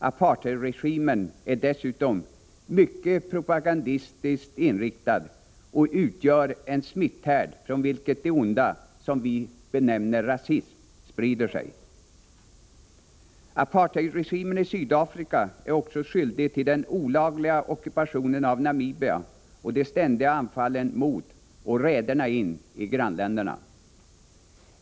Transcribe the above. Apartheidregimen är dessutom mycket propagandistiskt inriktad och utgör en smitthärd från vilket det onda som vi benämner rasism sprider sig. Apartheidregimen i Sydafrika är också skyldig till den olagliga ockupationen av Namibia och de ständiga anfallen mot och raiderna in i grannländerna.